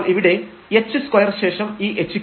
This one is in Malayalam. അപ്പോൾ ഇവിടെ h2 ശേഷം ഈ hk